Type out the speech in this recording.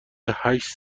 هشت